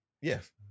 Yes